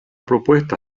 propuesta